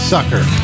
Sucker